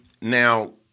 Now